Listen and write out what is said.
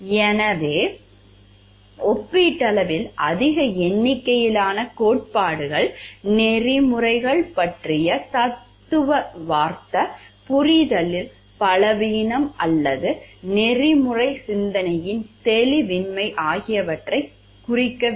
எனவே ஒப்பீட்டளவில் அதிக எண்ணிக்கையிலான கோட்பாடுகள் நெறிமுறைகள் பற்றிய தத்துவார்த்த புரிதலில் பலவீனம் அல்லது நெறிமுறை சிந்தனையின் தெளிவின்மை ஆகியவற்றைக் குறிக்கவில்லை